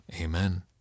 Amen